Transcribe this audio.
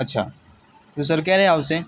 અચ્છા તો સર ક્યારે આવશે